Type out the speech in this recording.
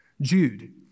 Jude